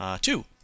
Two